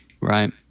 Right